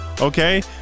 Okay